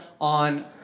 on